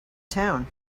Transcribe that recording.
town